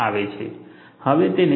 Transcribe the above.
હવે તેને 0